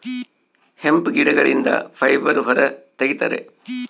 hemp ಗಿಡಗಳಿಂದ fibre ಹೊರ ತಗಿತರೆ